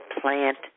plant